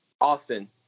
Austin